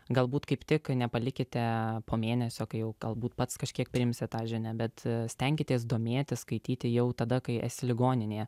galbūt kaip tik nepalikite po mėnesio kai jau galbūt pats kažkiek priimsi tą žinią bet stenkitės domėtis skaityti jau tada kai esi ligoninėje